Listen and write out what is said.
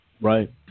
Right